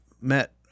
met